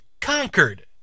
conquered